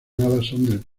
del